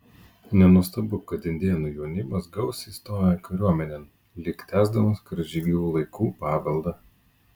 nenuostabu kad indėnų jaunimas gausiai stoja kariuomenėn lyg tęsdamas karžygių laikų paveldą